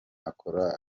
akora